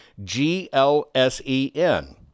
GLSEN